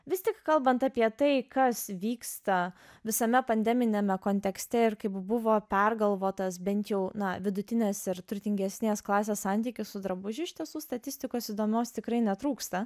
vis tik kalbant apie tai kas vyksta visame pandeminiame kontekste ir kaip buvo pergalvotas bent jau na vidutinės ir turtingesnės klasės santykis su drabužiu iš tiesų statistikos įdomaus tikrai netrūksta